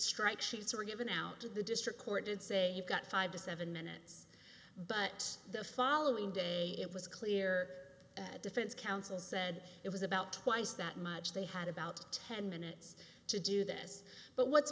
strike sheets were given out to the district court did say you've got five to seven minutes but the following day it was clear that defense counsel said it was about twice that much they had about ten minutes to do this but what's